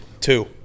Two